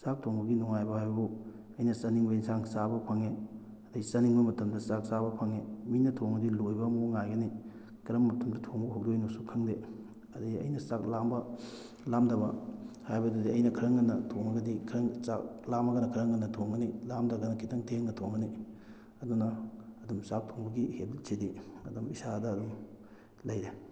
ꯆꯥꯛ ꯊꯣꯡꯕꯒꯤ ꯅꯨꯡꯉꯥꯏꯕ ꯍꯥꯏꯕꯨ ꯑꯩꯅ ꯆꯥꯅꯤꯡꯕ ꯑꯦꯟꯁꯥꯡ ꯆꯥꯕ ꯐꯪꯉꯦ ꯑꯗꯩ ꯆꯥꯅꯤꯡꯕ ꯃꯇꯝꯗ ꯆꯥꯛ ꯆꯥꯕ ꯐꯪꯉꯦ ꯃꯤꯅ ꯊꯣꯡꯉꯗꯤ ꯂꯣꯏꯕ ꯑꯃꯨꯛ ꯉꯥꯏꯒꯅꯤ ꯀꯔꯝꯕ ꯃꯇꯝꯗ ꯊꯣꯡꯕ ꯍꯧꯗꯣꯏꯅꯣꯁꯨ ꯈꯪꯗꯦ ꯑꯗꯩ ꯑꯩꯅ ꯆꯥꯛ ꯂꯥꯝꯕ ꯂꯥꯝꯗꯕ ꯍꯥꯏꯕꯗꯨꯗꯤ ꯑꯩꯅ ꯈꯔ ꯉꯟꯅ ꯊꯣꯡꯉꯒꯗꯤ ꯈꯔ ꯆꯥꯛ ꯂꯥꯝꯃꯒꯅ ꯈꯔ ꯉꯟꯅ ꯊꯣꯡꯉꯅꯤ ꯂꯥꯝꯗ꯭ꯔꯒꯅ ꯈꯤꯇꯪ ꯊꯦꯡꯅ ꯊꯣꯡꯉꯅꯤ ꯑꯗꯨꯅ ꯑꯗꯨꯝ ꯆꯥꯛ ꯊꯣꯡꯕꯒꯤ ꯍꯦꯕꯤꯠꯁꯤꯗꯤ ꯑꯗꯨꯝ ꯏꯁꯥꯗ ꯑꯗꯨꯝ ꯂꯩꯔꯦ